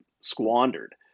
squandered